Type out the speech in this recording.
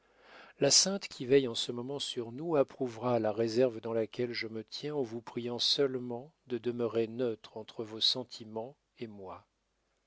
la sainte qui veille en ce moment sur nous approuvera la réserve dans laquelle je me tiens en vous priant seulement de demeurer neutre entre vos sentiments et moi